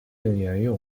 沿用